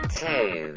two